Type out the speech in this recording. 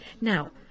Now